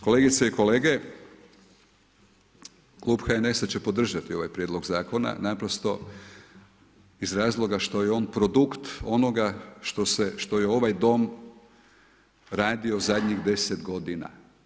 Kolegice i kolege, klub HNS-a će podržati ovaj prijedlog zakona naprosto iz razloga što je on produkt onoga što je ovaj Dom radio zadnjih 10 godina.